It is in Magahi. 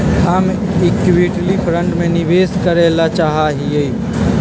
हम इक्विटी फंड में निवेश करे ला चाहा हीयी